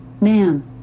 Ma'am